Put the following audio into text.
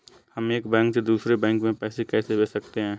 हम एक बैंक से दूसरे बैंक में पैसे कैसे भेज सकते हैं?